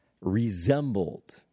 resembled